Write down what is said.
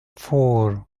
four